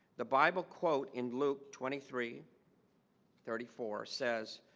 the bible quote in luke twenty three thirty four says